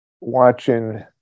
watching